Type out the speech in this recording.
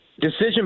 decision